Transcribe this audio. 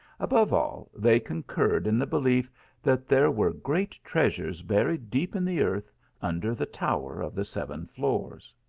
above all, they concurred in the belief that there were great treasures buried deep in the earth under the tower of the seven floors.